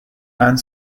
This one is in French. anne